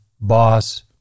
boss